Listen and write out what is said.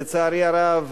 לצערי הרב,